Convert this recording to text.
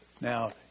Now